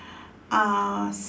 uh